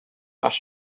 ash